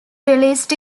released